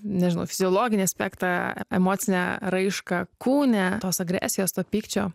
nežinau fiziologinį aspektą emocinę raišką kūne tos agresijos to pykčio